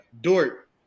Dort